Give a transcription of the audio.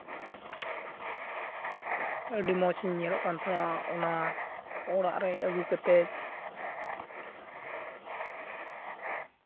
ᱟᱹᱰᱤ ᱢᱚᱡᱽ ᱤᱧ ᱧᱮᱞᱚᱜ ᱠᱟᱱ ᱛᱟᱦᱮᱱᱚᱜᱼᱟ ᱚᱱᱟ ᱚᱲᱟᱜ ᱨᱮ ᱟᱹᱜᱩ ᱠᱟᱛᱮᱫ